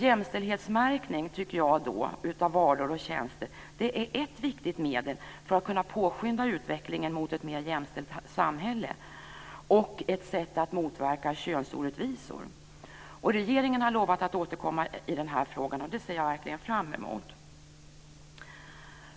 Jämställdhetsmärkning av varor och tjänster tycker jag är ett viktigt medel för att kunna påskynda utvecklingen mot ett mer jämställt samhälle och ett sätt att motverka könsorättvisor. Regeringen har lovat att återkomma i denna fråga, och det ser jag verkligen fram mot.